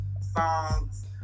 songs